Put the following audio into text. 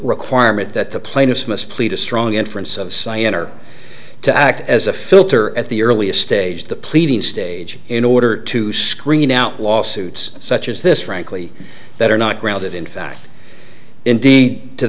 requirement that the plaintiffs must plead a strong inference of science or to act as a filter at the earliest stage the pleading stage in order to screen out lawsuits such as this frankly that are not grounded in fact indeed to